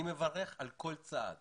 אני מברך על כל צעד